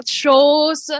shows